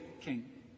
king